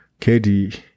kd